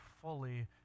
fully